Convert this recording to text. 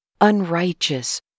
unrighteous